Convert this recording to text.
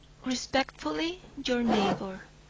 respectfully your neighbour,